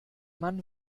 mann